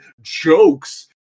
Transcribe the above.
jokes